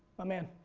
my man?